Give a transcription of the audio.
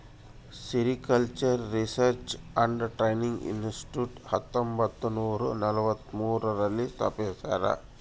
sericultural research and training institute ಹತ್ತೊಂಬತ್ತುನೂರ ನಲವತ್ಮೂರು ರಲ್ಲಿ ಸ್ಥಾಪಿಸ್ಯಾರ